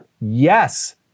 Yes